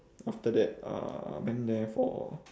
after that uh went there for